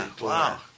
Wow